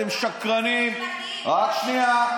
אתם שקרנים, רק שנייה.